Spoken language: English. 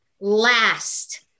last